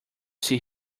see